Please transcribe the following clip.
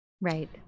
right